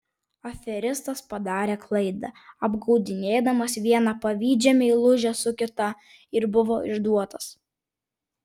aferistas padarė klaidą apgaudinėdamas vieną pavydžią meilužę su kita ir buvo išduotas